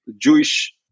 Jewish